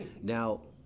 Now